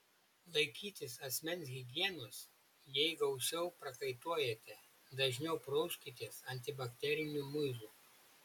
laikytis asmens higienos jei gausiau prakaituojate dažniau prauskitės antibakteriniu muilu